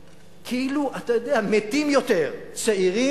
כאילו, אתה יודע, מתים יותר צעירים,